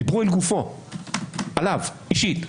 דיברו על גופו עליו אישית.